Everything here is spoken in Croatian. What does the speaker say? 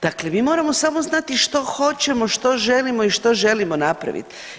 Dakle, mi moramo samo znati što hoćemo, što želimo i što želimo napravit.